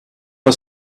for